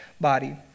body